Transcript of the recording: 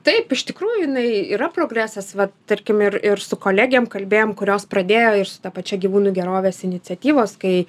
taip iš tikrųjų jinai yra progresas vat tarkim ir ir su kolegėm kalbėjom kurios pradėjo ir su ta pačia gyvūnų gerovės iniciatyvos kai